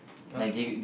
okay